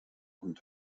und